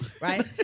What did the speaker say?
Right